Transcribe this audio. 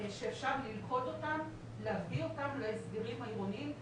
שאפשר ללכוד אותם, להביא אותם להסגרים העירוניים.